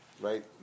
right